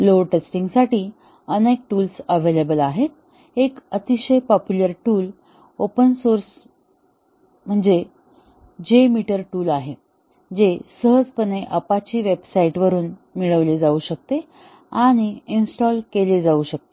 load टेस्टिंगसाठी अनेक tools available आहेत एक अतिशय पॉप्युलर टूल ओपन सोर्स साधन J मीटर आहे जे सहजपणे APACHE वेबसाइटवरून मिळवले जाऊ शकते आणि इन्स्टॉल केले जाऊ शकते